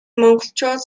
монголчууд